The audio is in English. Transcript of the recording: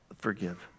forgive